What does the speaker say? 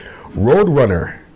Roadrunner